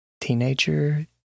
teenager